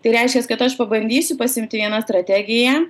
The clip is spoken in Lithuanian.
tai reiškias kad aš pabandysiu pasiimti vieną strategiją